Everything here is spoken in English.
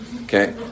okay